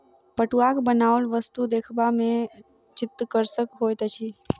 पटुआक बनाओल वस्तु देखबा मे चित्तकर्षक होइत अछि